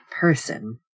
person